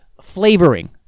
flavoring